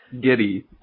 Giddy